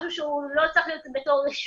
משהו שהוא לא צריך להיות בתור רשות,